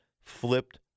flipped